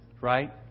Right